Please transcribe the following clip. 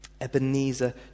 Ebenezer